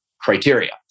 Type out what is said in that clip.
criteria